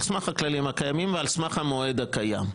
על סמך הכללים הקיימים ועל סמך המועד הקיים.